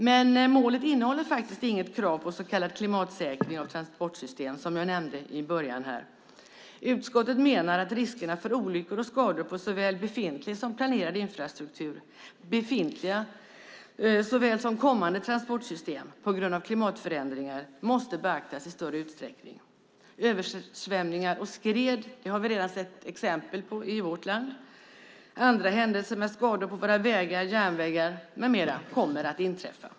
Men målet innehåller faktiskt inget krav på så kallad klimatsäkring av transportsystem, som jag nämnde i början. Utskottet menar att riskerna för olyckor och skador på såväl befintlig som planerad infrastruktur, befintliga såväl som kommande transportsystem, på grund av klimatförändringar i större utsträckning måste beaktas. Översvämningar och skred har vi redan sett exempel på i vårt land. Andra händelser som orsakar skador på våra vägar, järnvägar med mera kommer att inträffa.